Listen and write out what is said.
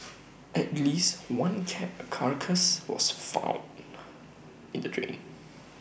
at least one cat A carcass was found in the drain